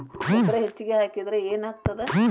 ಗೊಬ್ಬರ ಹೆಚ್ಚಿಗೆ ಹಾಕಿದರೆ ಏನಾಗ್ತದ?